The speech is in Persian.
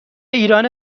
ایرانه